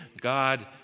God